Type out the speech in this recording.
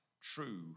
true